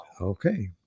okay